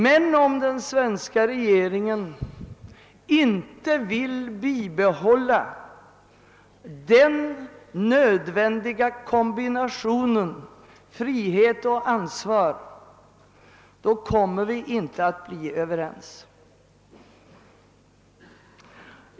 Men om den svenska regeringen inte vill bibehålla den nödvändiga kombinationen frihet och ansvar kommer vi inte att bli överens.